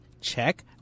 check